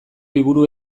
liburu